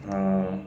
um